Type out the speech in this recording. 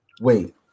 Wait